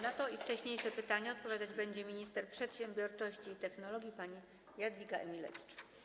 Na to i wcześniejsze pytania odpowiadać będzie minister przedsiębiorczości i technologii pani Jadwiga Emilewicz.